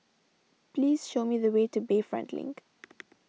please show me the way to Bayfront Link